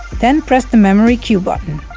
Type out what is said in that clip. then press the memory cue button,